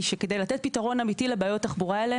היא שכדי לתת פתרון אמיתי לבעיות תחבורה האלה